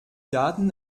daten